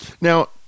Now